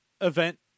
event